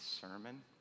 sermon